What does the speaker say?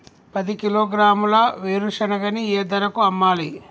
పది కిలోగ్రాముల వేరుశనగని ఏ ధరకు అమ్మాలి?